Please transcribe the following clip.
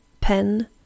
pen